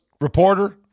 reporter